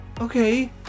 okay